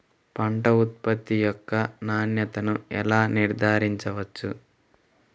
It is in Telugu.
పంట ఉత్పత్తి యొక్క నాణ్యతను ఎలా నిర్ధారించవచ్చు?